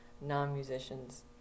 non-musicians